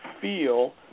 feel